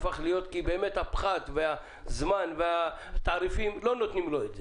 כי הפחת והזמן והתעריפים לא נותנים לו את זה.